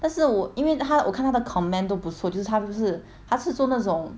但是我因为他我看他的 comment 都不错就是他就是他是做那种